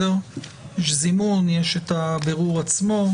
יש זימון, יש את הבירור עצמו.